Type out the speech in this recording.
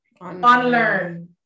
Unlearn